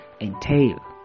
entail